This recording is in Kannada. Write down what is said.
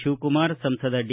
ಶಿವಕುಮಾರ್ ಸಂಸದ ಡಿ